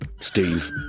Steve